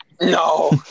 No